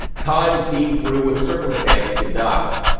time seeing through what circumstance did not.